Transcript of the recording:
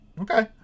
Okay